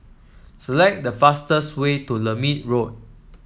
select the fastest way to Lermit Road